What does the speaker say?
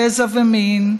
גזע ומין,